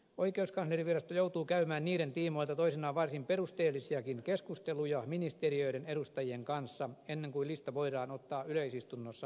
oikeuskanslerinvirasto joutuu käymään niiden tiimoilta toisinaan varsin perusteellisiakin keskusteluja ministeriöiden edustajien kanssa ennen kuin lista voidaan ottaa yleisistunnossa käsiteltäväksi